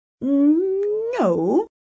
No